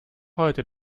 heute